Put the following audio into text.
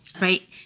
Right